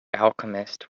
alchemist